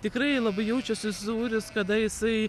tikrai labai jaučiasi sūris kada jisai